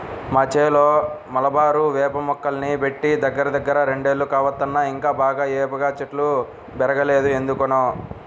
మా చేలో మలబారు వేప మొక్కల్ని బెట్టి దగ్గరదగ్గర రెండేళ్లు కావత్తన్నా ఇంకా బాగా ఏపుగా చెట్లు బెరగలేదు ఎందుకనో